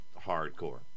hardcore